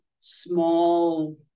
small